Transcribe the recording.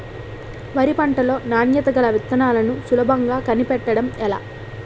వరి పంట లో నాణ్యత గల విత్తనాలను సులభంగా కనిపెట్టడం ఎలా?